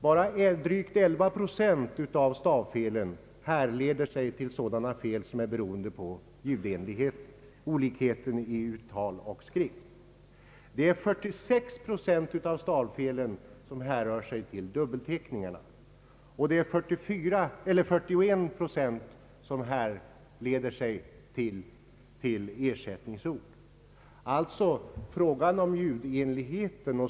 Bara drygt 11 procent av stavfelen härrör från sådana fel som sammanhänger med ljudenlighet, olikheten i uttal och skrift, medan 46 procent av stavfelen härrör från dubbelteckningar och 41 procent från ersättningsord.